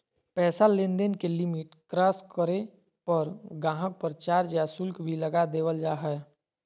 पैसा लेनदेन के लिमिट क्रास करे पर गाहक़ पर चार्ज या शुल्क भी लगा देवल जा हय